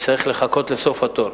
יצטרך לחכות לסוף התור,